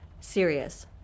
serious